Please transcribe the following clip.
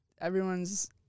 everyone's